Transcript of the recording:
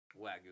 Wagyu